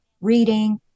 reading